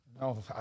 No